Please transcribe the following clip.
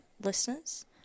listeners